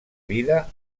vida